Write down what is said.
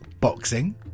Boxing